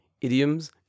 idioms